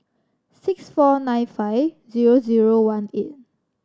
six four nine five zero zero one eight